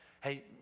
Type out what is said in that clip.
Hey